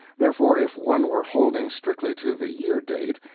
therefore, if one were holding strictly to the year date,